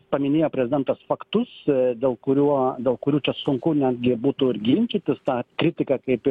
paminėjo prezidentas faktus dėl kuriuo dėl kurių čia sunku netgi būtų ir ginčytis tą kritiką kaip